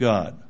God